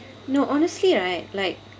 no honestly right like